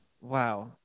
Wow